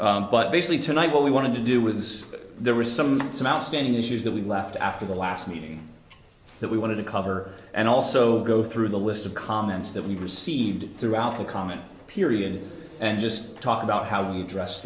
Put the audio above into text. but basically tonight what we wanted to do was there were some some outstanding issues that we left after the last meeting that we wanted to cover and also go through the list of comments that we received throughout the comment period and just talk about how we address